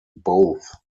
both